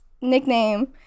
nickname